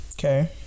Okay